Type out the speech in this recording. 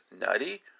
nutty